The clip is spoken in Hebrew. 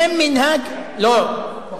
זה מנהג, כי הם פחדו להיכנס לשם.